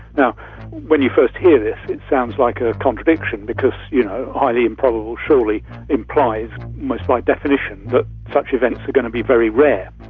yeah when you first hear this, it sounds like a contradiction because you know highly improbable surely implies almost by definition that such events are going to be very rare.